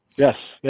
yes, yeah